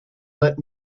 let